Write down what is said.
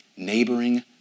Neighboring